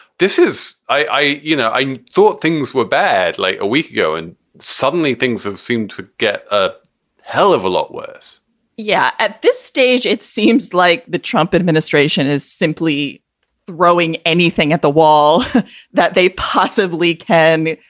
this is i you know i thought things were bad like a week ago, and suddenly things seem to get a hell of a lot worse yeah. at this stage, it seems like the trump administration is simply throwing anything at the wall that they possibly can.